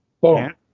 boom